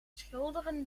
schilderen